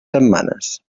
setmanes